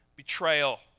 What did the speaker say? Betrayal